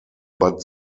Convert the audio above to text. but